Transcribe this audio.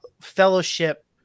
fellowship